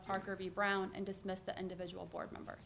parker v brown and dismissed the individual board member